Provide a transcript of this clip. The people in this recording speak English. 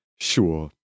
sure